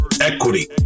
equity